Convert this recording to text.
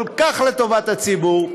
כל כך לטובת הציבור,